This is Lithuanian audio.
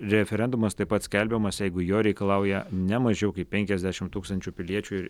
referendumas taip pat skelbiamas jeigu jo reikalauja ne mažiau kaip penkiasdešimt tūkstančių piliečių